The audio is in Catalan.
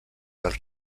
dels